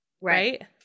right